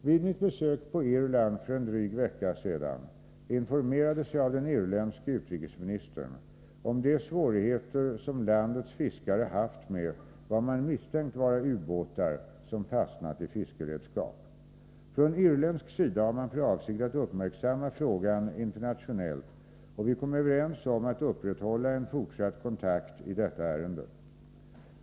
Vid mitt besök på Irland för en dryg vecka sedan informerades jag av den irländske utrikesministern om de svårigheter som landets fiskare haft med vad man misstänkt vara ubåtar som fastnat i fiskeredskap. Från irländsk sida har man för avsikt att uppmärksamma frågan internationellt, och vi kom överens om att upprätthålla en fortsatt kontakt i detta ärende.